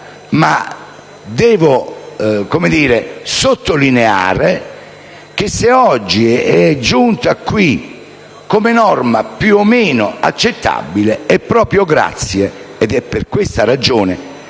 ma devo sottolineare che, se oggi è giunta qui come norma più o meno accettabile, è proprio grazie - ed è per questa ragione